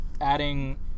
adding